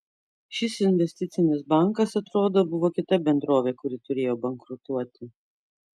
šis investicinis bankas atrodo buvo kita bendrovė kuri turėjo bankrutuoti